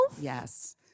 Yes